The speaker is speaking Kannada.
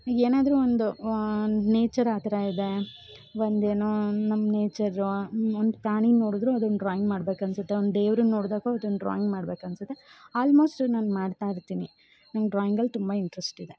ಏನಾದರು ಒಂದು ನೇಚರ್ ಆ ಥರ ಇದೇ ಒಂದೇನೋ ನಮ್ಮ ನೇಚರ್ ಒಂದು ಪ್ರಾಣಿನ ನೋಡಿದ್ರು ಅದನ್ನು ಡ್ರಾಯಿಂಗ್ ಮಾಡ್ಬೇಕು ಅನಿಸುತ್ತೆ ಒಂದು ದೇವ್ರನ್ನು ನೋಡ್ದಾಗ ಅದನ್ನು ಡ್ರಾಯಿಂಗ್ ಮಾಡ್ಬೇಕು ಅನಿಸುತ್ತೆ ಆಲ್ಮೋಸ್ಟ್ ನಾನು ಮಾಡ್ತಾ ಇರ್ತೀನಿ ನಂಗೆ ಡ್ರಾಯಿಂಗಲ್ಲಿ ತುಂಬ ಇಂಟ್ರೆಸ್ಟ್ ಇದೆ